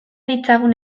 ditzagun